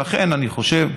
לכן אני אומר בגדול,